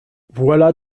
voilà